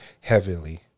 heavily